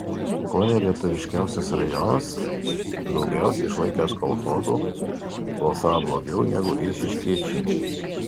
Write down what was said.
ko ne lietuviškiausias rajonas daugiausiai išlaikęs kolchozų balsavo blogiau negu eišiškiečiai